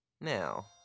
Now